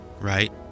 Right